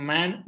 Man